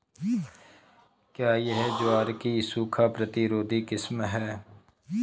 क्या यह ज्वार की सूखा प्रतिरोधी किस्म है?